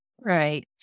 Right